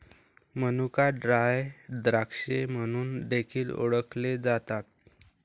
मनुका ड्राय द्राक्षे म्हणून देखील ओळखले जातात